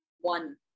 one